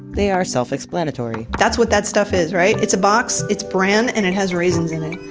they are self-explanatory. that's what that stuff is, right? it's a box, it's bran, and it has raisins in it.